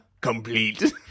Complete